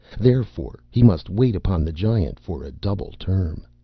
therefore, he must wait upon the giant for a double term.